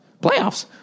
Playoffs